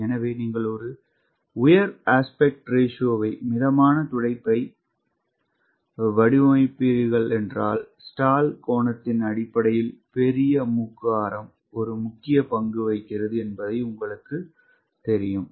எனவே நீங்கள் ஒரு உயர் விகித விகிதம் மிதமான துடைப்பை வடிவமைக்கிறீர்கள் என்றால் ஸ்டால் கோணத்தின் அடிப்படையில் பெரிய மூக்கு ஆரம் ஒரு முக்கிய பங்கு வகிக்கிறது என்பது உங்களுக்குத் தெரியும்